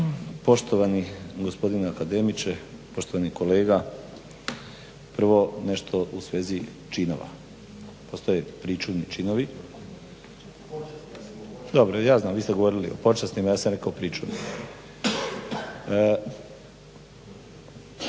Poštovani gospodine akademiče, poštovani kolega. Prvo nešto u svezi činova. Postoje pričuvni činovi, dobro ja znam vi ste govorili o počasnim ja sam pričuvni.